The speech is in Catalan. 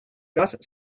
cas